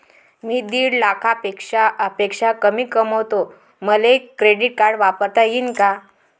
मी दीड लाखापेक्षा कमी कमवतो, मले क्रेडिट कार्ड वापरता येईन का?